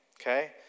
Okay